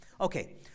Okay